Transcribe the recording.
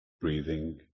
breathing